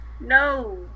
no